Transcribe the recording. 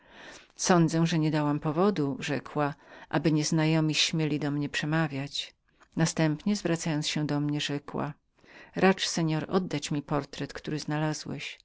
sądzę że niedałam powodu rzekła aby nieznajomi śmieli do mnie przemawiać następnie zwracając się do mnie dodała racz pan oddać mi portret który znalazłeś